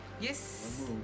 yes